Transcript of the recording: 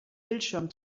bildschirm